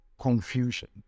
confusion